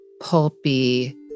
pulpy